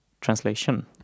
Translation